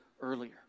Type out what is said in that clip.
earlier